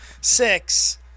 six